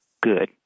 good